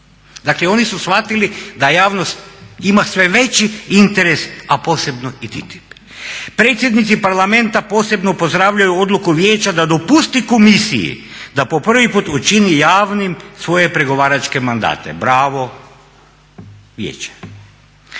Dakle, oni su shvatili da javnost ima sve veći interes a posebno i TTIP-a. "Predsjednici parlamenta posebno pozdravljaju odluku vijeća da dopusti komisiji da po prvi put učini javnim svoje pregovaračke mandate." Bravo vijeće!